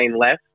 less